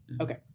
Okay